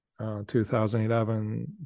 2011